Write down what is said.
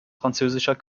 französischer